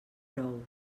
brou